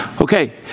Okay